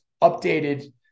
updated